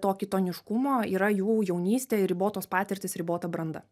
to kitoniškumo yra jų jaunystė ir ribotos patirtys ribota branda